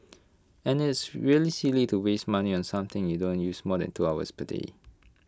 and it's really silly to waste money on something you don't use more than two hours per day